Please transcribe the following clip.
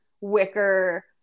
wicker